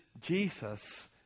Jesus